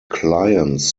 clients